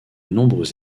nombreux